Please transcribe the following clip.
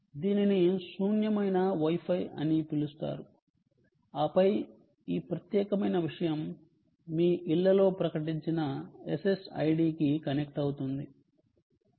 దీనిని శూన్యమైన Wi Fi అని పిలుస్తారు ఆపై ఈ ప్రత్యేకమైన విషయం మీ ఇళ్లలో ప్రకటించిన SSID కి కనెక్ట్ అవుతుంది